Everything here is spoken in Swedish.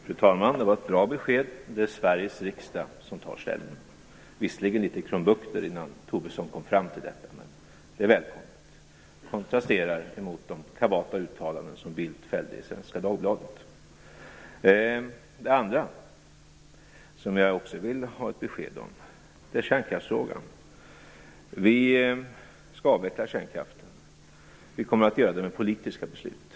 Fru talman! Det var ett bra besked. Det är Sveriges riksdag som tar ställning. Visserligen var det litet krumbukter innan Lars Tobisson kom fram till detta, men det är välkommet. Det kontrasterar mot de kavata uttalanden som Carl Bildt fällde i Svenska Dagbladet. Det andra som jag vill ha ett besked om är kärnkraftsfrågan. Vi skall avveckla kärnkraften. Vi kommer att göra det med politiska beslut.